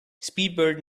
speedbird